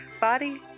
Body